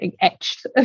etched